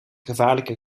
gevaarlijke